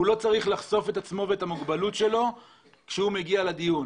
הוא לא צריך לחשוף את עצמו ואת המוגבלות שלו כשהוא מגיע לדיון.